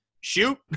shoot